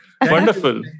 Wonderful